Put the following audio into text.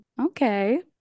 okay